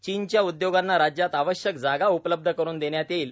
चीनच्या उद्योगांना राज्यात आवश्यक जागा उपलब्ध करून देण्यात येईल